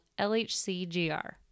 LHCGR